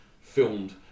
filmed